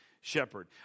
shepherd